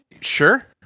Sure